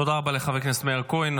תודה רבה לחבר הכנסת מאיר כהן.